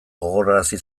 gogorarazi